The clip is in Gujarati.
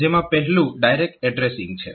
જેમાં પહેલું ડાયરેક્ટ એડ્રેસીંગ છે